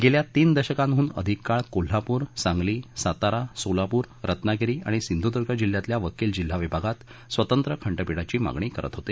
गेल्या तीन दशकांहून अधिक काळ कोल्हापूर सांगली सातारा सोलापूर रत्नागिरी आणि सिंधुद्र्ग जिल्ह्यातील वकील जिल्हा विभागात स्वतंत्र खंडपीठाची मागणी करत होते